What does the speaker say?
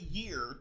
year